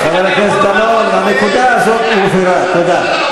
חבר הכנסת דנון, הנקודה הזאת הובהרה, תודה.